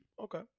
Okay